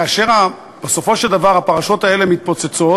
כאשר בסופו של דבר הפרשות האלה מתפוצצות,